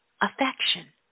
affection